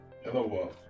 Hello